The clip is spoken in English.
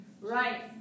Right